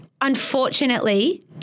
unfortunately